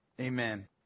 Amen